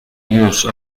use